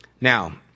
Now